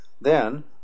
Then